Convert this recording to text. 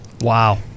wow